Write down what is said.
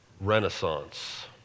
renaissance